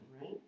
right